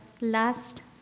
last